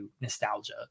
nostalgia